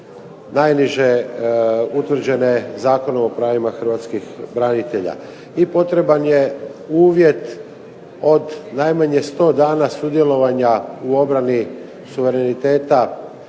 najniže utvrđene Zakonom o pravima hrvatskih branitelja. I potreban je uvjet od najmanje 100 dana sudjelovanja u obrani suvereniteta